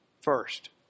First